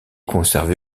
conservé